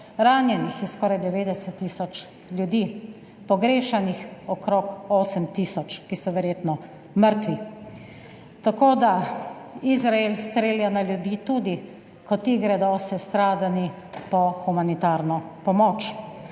ranjenih je skoraj 90 tisoč ljudi, pogrešanih okrog 8 tisoč, ki so verjetno mrtvi. Izrael strelja na ljudi tudi, ko ti gredo sestradani po humanitarno pomoč.